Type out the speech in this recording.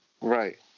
Right